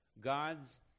God's